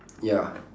ya